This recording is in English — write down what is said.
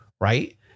right